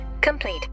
complete